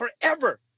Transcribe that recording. forever